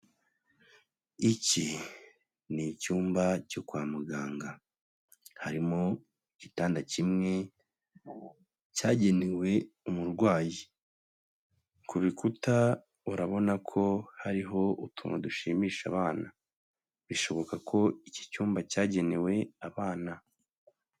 Iki ni icyumba cyo kwa muganga, harimo igitanda kimwe cyagenewe umurwayi, ku bikuta urabona ko hariho utuntu dushimisha abana, bishoboka ko iki cyumba cyagenewe abana.